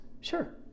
sure